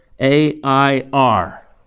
A-I-R